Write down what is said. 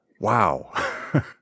wow